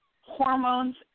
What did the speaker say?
hormones